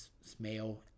smell